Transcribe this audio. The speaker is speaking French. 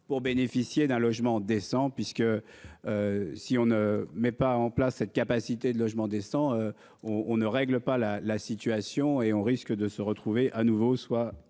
pour bénéficier d'un logement décent puisque. Si on ne met pas en place cette capacité de logements décents. On on ne règle pas la la situation et on risque de se retrouver à nouveau soit